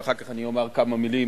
ואחר כך אני אומר כמה מלים